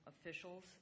officials